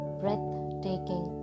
breathtaking